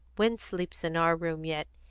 win sleeps in our room yet.